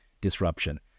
disruption